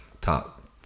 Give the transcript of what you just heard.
top